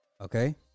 okay